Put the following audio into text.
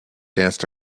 danced